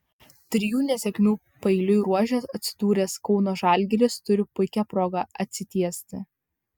trijų nesėkmių paeiliui ruože atsidūręs kauno žalgiris turi puikią progą atsitiesti